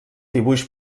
dibuix